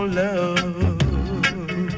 love